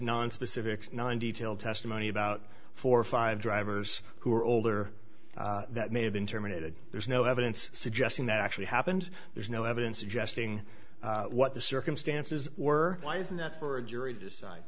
nonspecific nine detailed testimony about four or five drivers who are older that may have been terminated there's no evidence suggesting that actually happened there's no evidence suggesting what the circumstances were why isn't that for a jury to decide